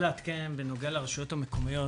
אני רוצה לעדכן בנוגע לרשויות המקומיות,